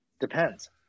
depends